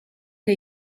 che